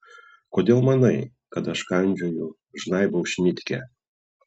kodėl manai kad aš kandžioju žnaibau šnitkę